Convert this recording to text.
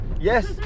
Yes